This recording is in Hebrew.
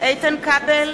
איתן כבל,